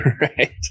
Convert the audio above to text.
Right